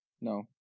No